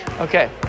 Okay